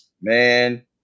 man